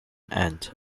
end